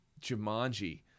Jumanji